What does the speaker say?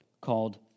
called